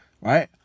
right